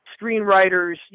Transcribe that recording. screenwriters